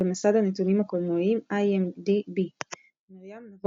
במסד הנתונים הקולנועיים IMDb מרים נבו,